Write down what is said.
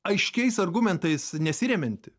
aiškiais argumentais nesiremianti